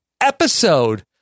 episode